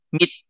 meet